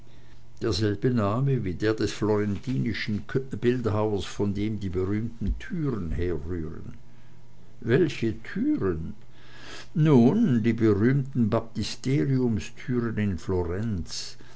derselbe name wie der des florentinischen bildhauers von dem die berühmten türen herrühren welche türen nun die berühmten baptisteriumtüren in florenz